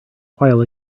while